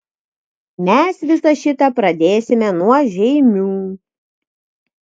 mes visą šitą pradėsime nuo žeimių